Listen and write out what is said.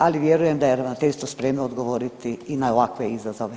Ali vjerujem da je ravnateljstvo spremno odgovoriti i na ovakve izazove.